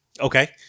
Okay